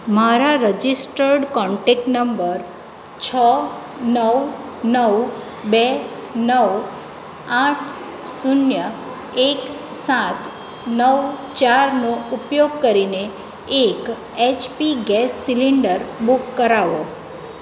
મારા registered contact number છ નવ નવ બે નવ આઠ શૂન્ય એક સાત નવ ચારનો ઉપયોગ કરીને એક એચપી ગેસ સીલિન્ડર બુક કરાવો